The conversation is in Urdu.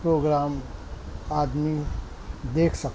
پروگرام آدمی دیکھ سکتا ہے